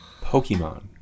Pokemon